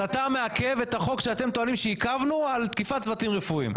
מעכב את החוק שאתם טוענים שעיכבנו על תקיפת צוותים רפואיים.